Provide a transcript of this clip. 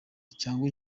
cyangwa